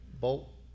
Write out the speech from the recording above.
bolt